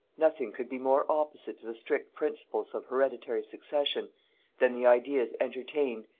nothing could be more opposite to the strict principles of hereditary succession than the ideas entertained,